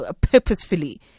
purposefully